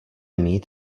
mít